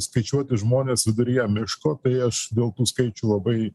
skaičiuoti žmones viduryje miško tai aš dėl tų skaičių labai